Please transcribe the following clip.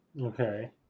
Okay